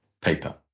paper